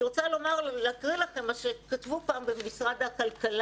אני רוצה להקריא לכם מה שכתבו פעם במשרד הכלכלה: